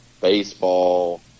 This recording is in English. baseball